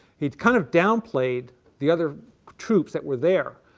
he kind of downplayed the other troops that were there.